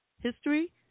history